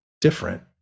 different